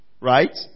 right